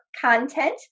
content